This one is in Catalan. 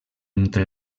entre